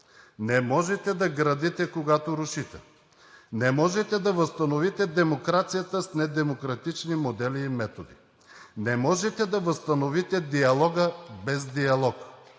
Не можете да градите, когато рушите! Не можете да възстановите демокрацията с недемократични модели и методи! Не можете да възстановите диалога без диалог!